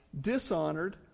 dishonored